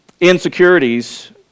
insecurities